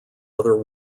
other